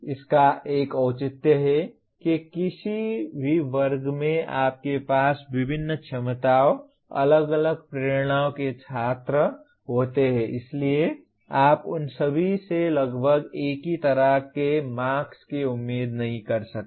इसका एक औचित्य है कि किसी भी वर्ग में आपके पास विभिन्न क्षमताओं अलग अलग प्रेरणाओं के छात्र होते हैं इसलिए आप उन सभी से लगभग एक ही तरह के मार्क्स की उम्मीद नहीं कर सकते